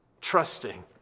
trusting